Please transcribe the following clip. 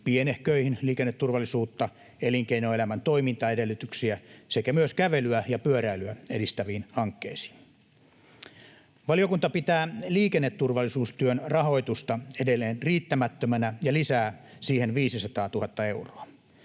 pienehköihin liikenneturvallisuutta, elinkeinoelämän toimintaedellytyksiä sekä myös kävelyä ja pyöräilyä edistäviin hankkeisiin. Valiokunta pitää liikenneturvallisuustyön rahoitusta edelleen riittämättömänä ja lisää siihen 500 000 euroa.